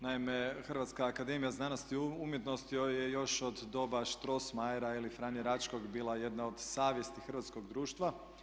Naime, Hrvatska akademija znanosti i umjetnosti je još od doba Strossmayera ili Franje Račkog bila jedna od savjesti hrvatskog društva.